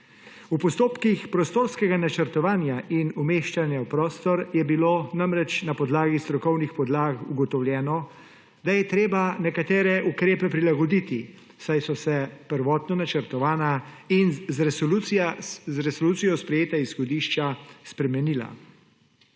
V postopkih prostorskega načrtovanja in umeščanja v prostor je bilo namreč na podlagi strokovnih podlag ugotovljeno, da je treba nekatere ukrepe prilagoditi, saj so prvotno načrtovana in z resolucijo sprejeta izhodišča spremenila.